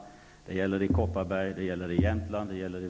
Västerbotten och Norrbotten.